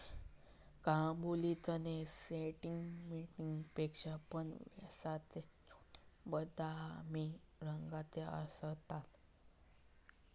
काबुली चणे सेंटीमीटर पेक्षा पण व्यासाचे छोटे, बदामी रंगाचे असतत